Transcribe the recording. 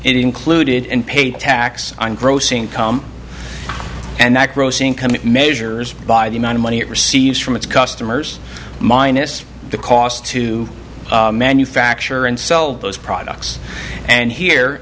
included in pay tax on gross income and that gross income it measures by the amount of money it receives from its customers minus the cost to manufacture and sell those products and here